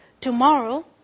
tomorrow